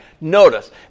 Notice